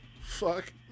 fuck